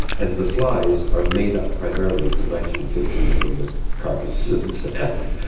and the flies are made up primarily of the nitrogen fifteen from the carcasses of the salmon.